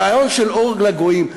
הרעיון של אור לגויים,